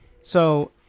So-